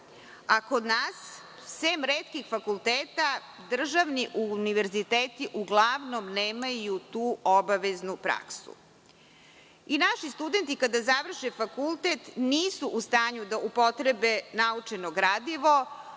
Kod nas, sem retkih fakulteta, državni univerziteti uglavnom nemaju tu obaveznu praksu. Naši studenti kada završe fakultet nisu u stanju da upotrebe naučeno gradivo.